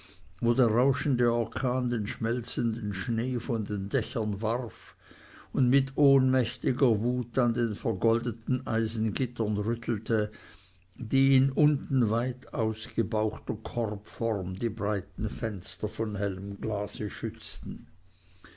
der rauschende orkan den schmelzenden schnee von den dächern warf und mit ohnmächtiger wut an den vergoldeten eisengittern rüttelte die in unten weit ausgebauchter korbform die breiten fenster von hellem glase schützten